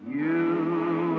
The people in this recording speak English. you